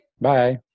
Bye